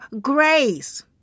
grace